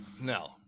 No